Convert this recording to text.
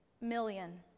million